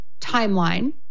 timeline